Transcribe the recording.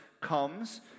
comes